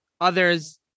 others